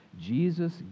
Jesus